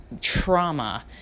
trauma